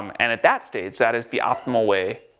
um and at that stage that is the optimal way,